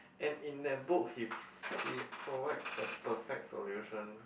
and in that book he p~ he provides the perfect solution